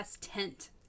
tent